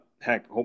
Heck